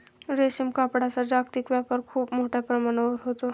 रेशीम कापडाचा जागतिक व्यापार खूप मोठ्या प्रमाणावर होतो